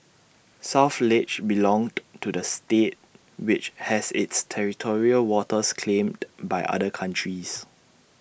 south ledge belonged to the state which has its territorial waters claimed by other countries